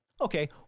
okay